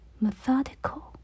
methodical